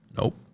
Nope